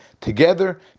together